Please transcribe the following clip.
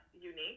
unique